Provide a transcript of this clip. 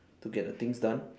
to get the things done